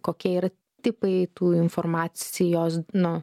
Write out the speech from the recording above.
kokie yra tipai tų informacijos nu